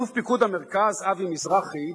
אלוף פיקוד המרכז, אבי מזרחי,